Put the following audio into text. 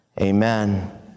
amen